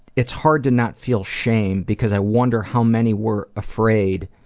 it's hard to not feel shame because i wonder how many were afraid